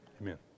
Amen